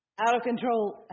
out-of-control